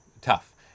tough